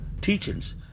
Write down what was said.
teachings